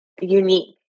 unique